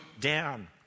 down